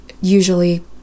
usually